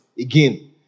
again